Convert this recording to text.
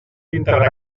integrar